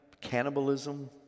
cannibalism